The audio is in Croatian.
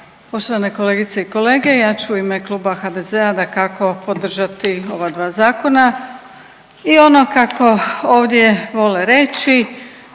poštovane kolegice i kolege ja ću u ime kluba HDZ-a dakako podržati ova dva zakona. I ono kako ovdje vole reći